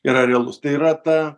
yra realus tai yra ta